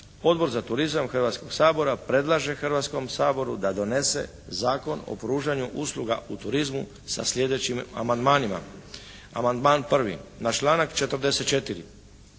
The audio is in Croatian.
Odbor za turizam Hrvatskog sabora predlaže Hrvatskom saboru da donese Zakon o pružanju usluga u turizmu sa slijedećim amandmanima: Amandman 1.: Na članak 44.